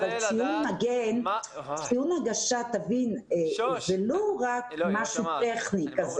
אבל ציון הגשה זה לא רק משהו טכני כזה.